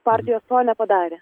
partijos to nepadarė